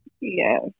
Yes